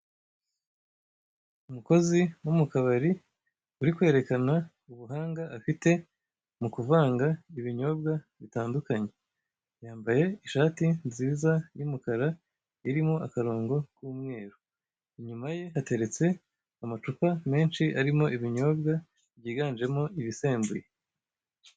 Umukozi wo mu kabari, uri kwerekana ubuhanga afite mu kuvanga ibinyobwa bitandukanye; yambaye ishati nziza y'umukara irimo akarongo k'umweru; inyuma ye hateretse amacupa menshi arimo ibinyobwa byiganjemo ibisembuye.